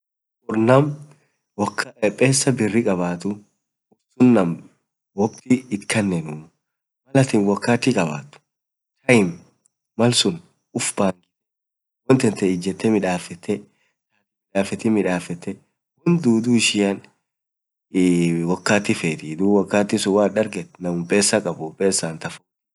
urr naam pesaa birii kabaatu boraan naam woakti itkanenuu malatiin wakatii kabaat malsun ufpangitaa woantantee ijetee midafetee woan dudu ishian namum wakatii kabuu naam wakaati kaab namum pesaa kabuu.